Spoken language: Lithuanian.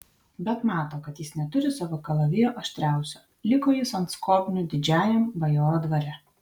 bet mato kad jis neturi savo kalavijo aštriausio liko jis ant skobnių didžiajam bajoro dvare